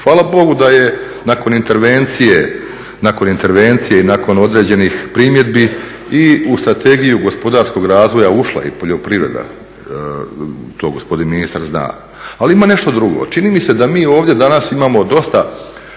intervencije, nakon intervencije i nakon određenih primjedbi i u Strategiju gospodarskog razvoja ušla i poljoprivreda, to gospodin ministar zna ali ima nešto drugo, čini mi se da mi ovdje danas imamo dosta